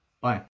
Bye